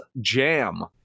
jam